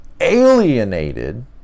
alienated